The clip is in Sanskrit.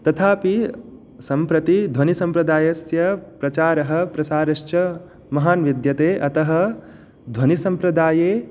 तथापि सम्प्रति ध्वनिस्म्प्रदायस्य प्रचारः प्रसारश्च महान् विद्यते अतः ध्वनिसम्प्रदाये